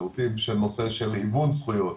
שירותים של נושא של היוון זכויות